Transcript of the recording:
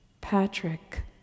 Patrick